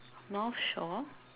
north shore